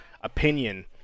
opinion